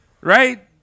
Right